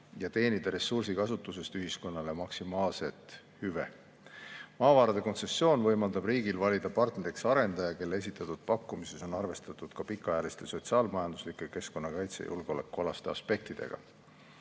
ja teenida ressursikasutusest ühiskonnale maksimaalset hüve. Maavarade kontsessioon võimaldab riigil valida partneriks arendaja, kelle esitatud pakkumises on arvestatud ka pikaajaliste sotsiaal-majanduslike, keskkonnakaitse ja julgeolekualaste aspektidega.